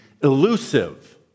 elusive